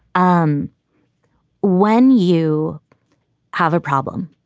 um when you have a problem.